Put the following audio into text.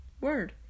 word